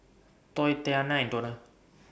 Toy Tatyanna and Donnell